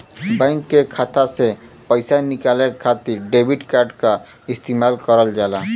bank के खाता से पइसा निकाले खातिर डेबिट कार्ड क इस्तेमाल करल जाला